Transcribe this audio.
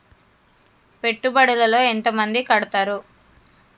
పెట్టుబడుల లో ఎంత మంది కడుతరు?